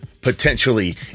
potentially